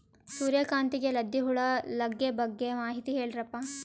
ಸೂರ್ಯಕಾಂತಿಗೆ ಲದ್ದಿ ಹುಳ ಲಗ್ಗೆ ಬಗ್ಗೆ ಮಾಹಿತಿ ಹೇಳರಪ್ಪ?